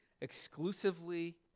exclusively